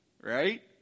Right